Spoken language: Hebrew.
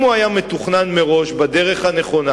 אם הוא היה מתוכנן מראש בדרך הנכונה,